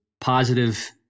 positive